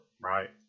right